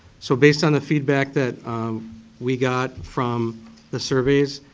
so, based on the feedback that we got from the surveys,